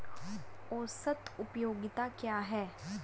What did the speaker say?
औसत उपयोगिता क्या है?